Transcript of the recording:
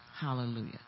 Hallelujah